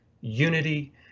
unity